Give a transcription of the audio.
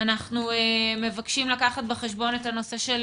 אנחנו מבקשים לקחת בחשבון את הנושא של